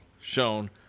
shown